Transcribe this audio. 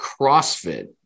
CrossFit